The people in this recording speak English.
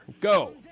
go